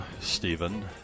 Stephen